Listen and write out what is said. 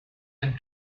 and